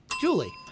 Julie